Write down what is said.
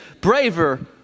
braver